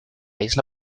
isla